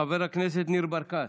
חבר הכנסת ניר ברקת,